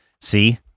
See